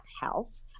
health